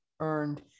earned